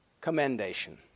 commendation